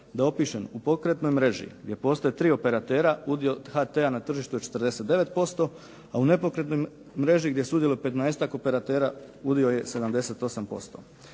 Da opišem, u pokretnoj mreži gdje postoje tri operatera udio HT-a na tržištu je 49% a u nepokretnoj mreži gdje sudjeluje 15-ak operatera udio je 78%.